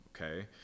okay